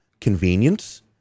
Convenience